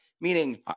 meaning